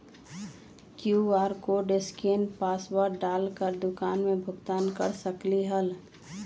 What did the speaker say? QR code scan password डाल कर दुकान में भुगतान कर सकलीहल?